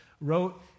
wrote